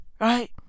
Right